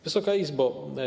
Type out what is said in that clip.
Wysoka Izbo!